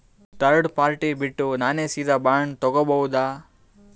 Third party ಬಿಟ್ಟು ನಾನೇ ಸೀದಾ ಬಾಂಡ್ ತೋಗೊಭೌದಾ?